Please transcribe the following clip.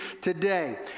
today